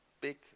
big